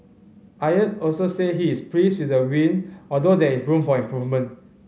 aide also said he is pleased with the win although there is room for improvement